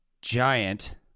giant